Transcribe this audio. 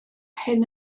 hyn